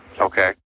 Okay